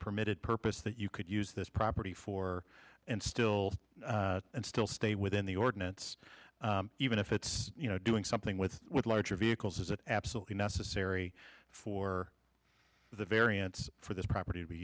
permitted purpose that you could use this property for and still and still stay within the ordinance even if it's you know doing something with larger vehicles is it absolutely necessary for the variance for this property